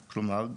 כלומר,